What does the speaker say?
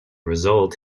result